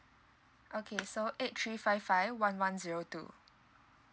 okay so eight three five five one one zero two